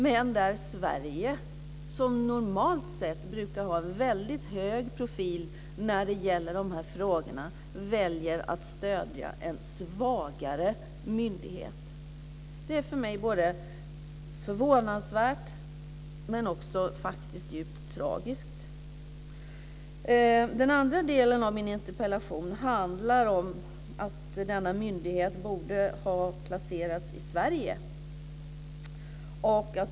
Men Sverige, som normalt sett brukar ha en väldigt hög profil i de här frågorna, väljer att stödja en svagare myndighet. Det är förvånansvärt men också djupt tragiskt. Den andra delen av min interpellation handlar om att denna myndighet borde ha placerats i Sverige.